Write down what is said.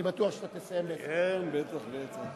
אני בטוח שאתה תסיים, כן, בטח, בטח.